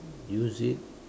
use it